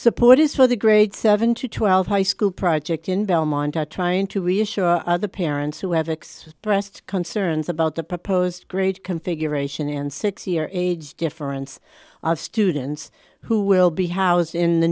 support is for the grade seven to twelve high school project in belmont are trying to reassure the parents who have expressed concerns about the proposed grade configuration and six year age difference of students who will be housed in the